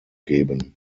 geben